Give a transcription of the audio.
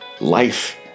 life